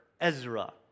Ezra